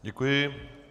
Děkuji.